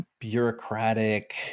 bureaucratic